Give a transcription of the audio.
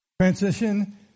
Transition